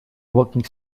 working